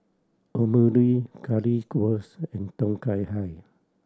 Omurice Curry wurst and Tom Kha Gai